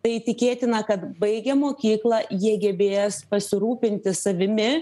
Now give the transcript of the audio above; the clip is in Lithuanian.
tai tikėtina kad baigę mokyklą jie gebės pasirūpinti savimi